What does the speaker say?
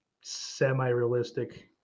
semi-realistic